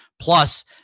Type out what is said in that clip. plus